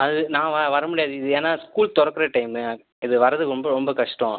அது நான் வ வர முடியாது இது ஏன்னால் ஸ்கூல் திறக்குற டைமு இது வர்றதுக்கு ரொம்ப ரொம்ப கஷ்டம்